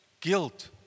guilt